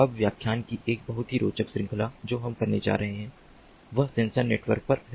अब व्याख्यान की एक बहुत ही रोचक श्रृंखला जो हम करने जा रहे हैं वह सेंसर नेटवर्क पर है